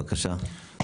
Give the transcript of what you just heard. בבקשה.